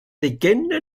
legende